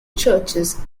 churches